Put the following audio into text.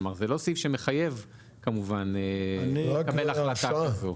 זה לא סעיף שמחייב כמובן לקבל החלטה כזו.